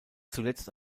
zuletzt